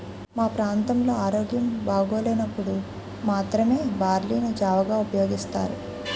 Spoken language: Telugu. మా ప్రాంతంలో ఆరోగ్యం బాగోలేనప్పుడు మాత్రమే బార్లీ ని జావగా ఉపయోగిస్తారు